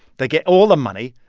they get all the money,